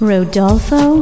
Rodolfo